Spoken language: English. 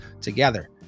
together